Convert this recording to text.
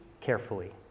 carefully